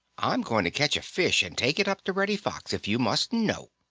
i'm going to catch a fish and take it up to reddy fox, if you must know!